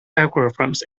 algorithms